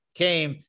came